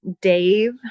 Dave